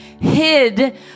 hid